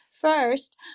first